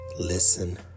Listen